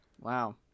Wow